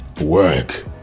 work